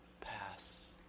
pass